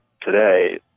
today